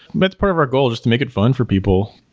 but it's part of our goal, just to make it fun for people.